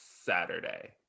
Saturday